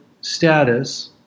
status